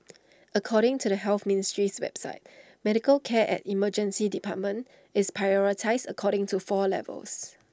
according to the health ministry's website medical care at emergency departments is prioritised according to four levels